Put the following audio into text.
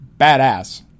badass